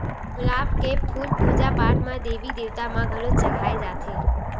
गुलाब के फूल पूजा पाठ म देवी देवता म घलो चघाए जाथे